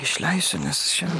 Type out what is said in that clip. išleisiu nes čia